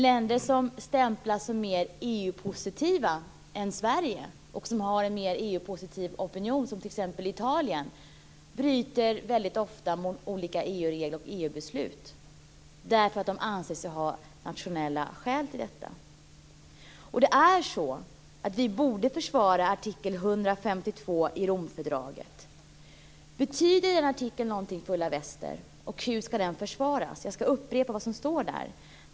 Länder som stämplas som mer EU-positiva än Sverige och som har en mer EU-positiv opinion, t.ex. Italien, bryter väldigt ofta mot olika EU-regler och EU-beslut, därför att man anser sig ha nationella skäl till detta. Vi borde försvara artikel 152 i Romfördraget. Betyder denna artikel något för Ulla Wester, och hur ska den försvaras? Jag ska upprepa vad som står där.